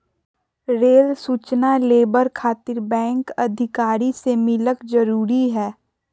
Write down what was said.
Rail सूचना लेबर खातिर बैंक अधिकारी से मिलक जरूरी है?